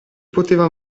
poteva